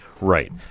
Right